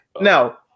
now